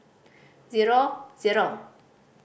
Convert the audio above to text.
zero zero